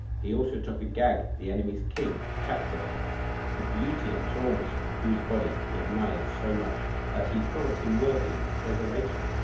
he also took agag, the enemies' king, captive the beauty and tallness of whose body he admired so much, that he thought him worthy of preservation.